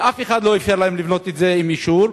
ואף אחד לא אפשר להם לבנות את זה עם אישור,